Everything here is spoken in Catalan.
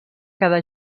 quedar